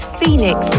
Phoenix